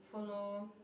follow